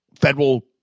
federal